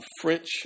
French